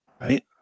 Right